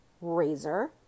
razor